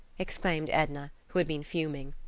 exclaimed edna, who had been fuming.